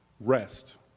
rest